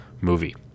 movie